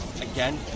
Again